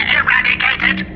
eradicated